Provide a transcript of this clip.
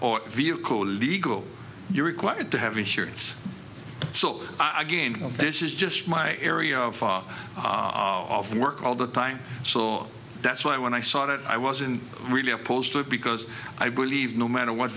or vehicle legal you're required to have insurance so i gained all of this is just my area of of work all the time so that's why when i saw it i wasn't really opposed to it because i believe no matter what